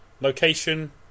location